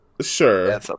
Sure